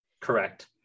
Correct